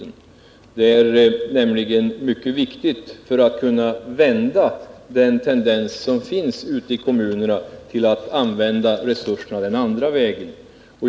Detta uttalande är nämligen viktigt för att kunna vända en tendens, som finns ute i kommunerna, att använda resurserna på motsatt sätt.